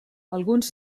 alguns